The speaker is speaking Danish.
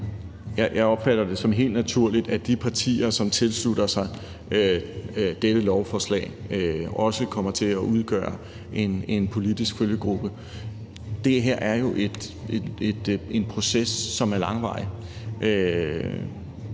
Jeg opfatter det som helt naturligt, at de partier, som tilslutter sig dette lovforslag, også kommer til at udgøre en politisk følgegruppe. Det her er jo en proces, som er langvarig.